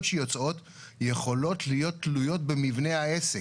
שיוצאות יכול להיות תלויות במבנה העסק.